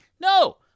No